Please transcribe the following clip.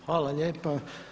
Hvala lijepa.